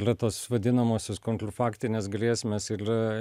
yra tos vadinamosios kontlfaktinės grėsmės ylia